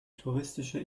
touristische